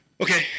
Okay